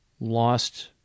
lost